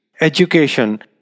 education